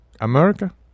America